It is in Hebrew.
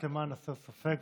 רק למען הסר ספק,